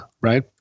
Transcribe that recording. right